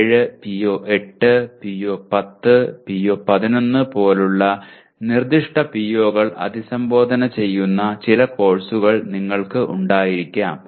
PO7 PO8 PO10 PO11 പോലുള്ള നിർദ്ദിഷ്ട PO കൾ അഭിസംബോധന ചെയ്യുന്ന ചില കോഴ്സുകൾ നിങ്ങൾക്ക് ഉണ്ടായിരിക്കാം